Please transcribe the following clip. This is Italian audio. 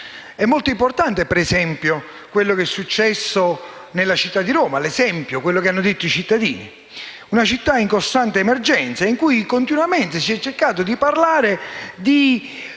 È molto importante, ad esempio, quello che è successo nella città di Roma e quello che hanno detto i cittadini. Si tratta di una città in costante emergenza, in cui continuamente si è cercato di parlare delle